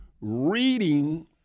reading